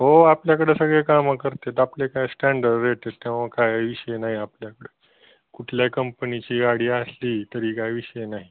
हो आपल्याकडं सगळे कामं करतात आपले काय स्टँडर्ड रेट आहेत तेव्हा काय विषय नाही आपल्याकडे कुठल्याही कंपनीची गाडी असली तरी काय विषय नाही